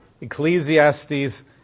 Ecclesiastes